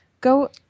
go